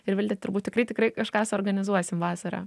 ir vilte turbūt tikrai tikrai kažką suorganizuosim vasarą